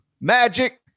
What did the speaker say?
Magic